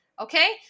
okay